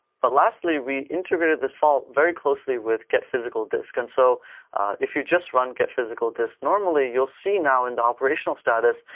but lastly, we integrated this fault very closely with get-physicaldisk. and so if you just run get-physicaldisk, normally, you'll see now in the operational status,